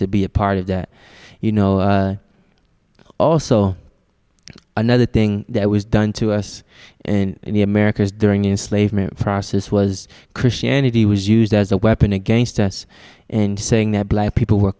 be a part of that you know also another thing that was done to us in the americas during a slave process was christianity was used as a weapon against us and saying that black people were